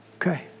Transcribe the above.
Okay